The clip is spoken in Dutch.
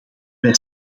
wij